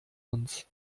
uns